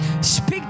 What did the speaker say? Speak